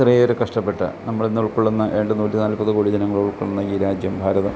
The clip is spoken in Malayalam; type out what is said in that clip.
ഇത്രയേറെ കഷ്ടപ്പെട്ട നമ്മളിന്ന് ഉൾക്കൊള്ളുന്ന ഏതാണ്ട് നൂറ്റിനാൽപ്പത് കോടി ജനങ്ങളുൾക്കൊള്ളുന്ന ഈ രാജ്യം ഭാരതം